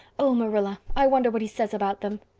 oh, marilla, i wonder what he says about them.